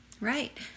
Right